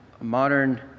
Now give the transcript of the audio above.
modern